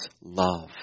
love